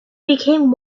became